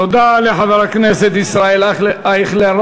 תודה לחבר הכנסת ישראל אייכלר.